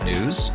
News